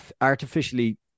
artificially